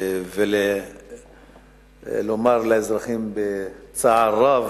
ולומר לאזרחים בצער רב,